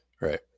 right